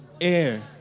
air